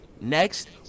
next